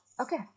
okay